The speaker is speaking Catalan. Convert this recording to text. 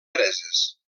preses